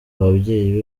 ababyeyi